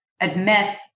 admit